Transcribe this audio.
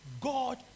God